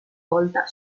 volta